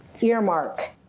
earmark